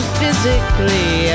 physically